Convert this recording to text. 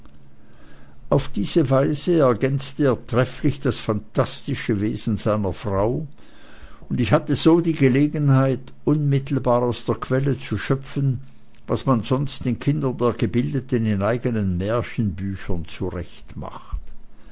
auf diese weise ergänzte er trefflich das phantastische wesen seiner frau und ich hatte so die gelegenheit unmittelbar aus der quelle zu schöpfen was man sonst den kindern der gebildeten in eigenen märchenbüchern